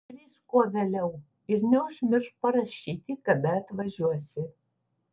grįžk kuo vėliau ir neužmiršk parašyti kada atvažiuosi